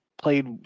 played